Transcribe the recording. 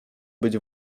być